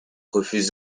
refuse